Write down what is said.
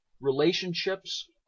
relationships